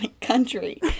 country